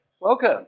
Welcome